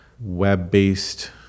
web-based